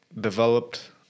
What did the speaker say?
developed